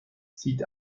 sieht